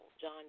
John